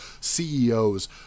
CEOs